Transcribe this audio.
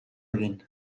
egin